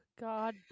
god